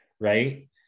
right